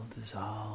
dissolve